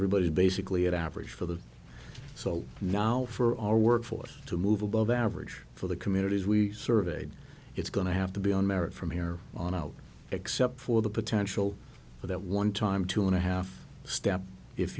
everybody is basically at average for the so now for our workforce to move above average for the communities we surveyed it's going to have to be on merit from here on out except for the potential for that one time two and a half step if